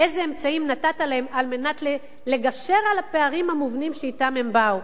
איזה אמצעים נתת להם כדי לגשר על הפערים המובנים שאתם הם באו.